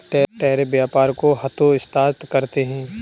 tariff व्यापार को हतोत्साहित करते हैं